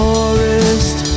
Forest